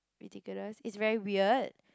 ridiculous is very weird